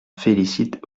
félicite